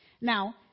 Now